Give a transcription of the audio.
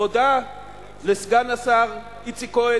תודה לסגן השר איציק כהן,